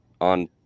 on